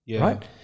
right